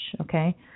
okay